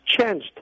changed